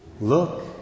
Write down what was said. Look